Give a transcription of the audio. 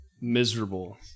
miserable